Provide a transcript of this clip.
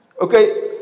okay